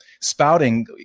spouting